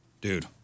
dude